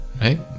Right